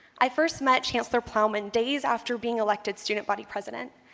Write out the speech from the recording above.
i first met chancellor plowman days after being elected student-body president.